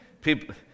people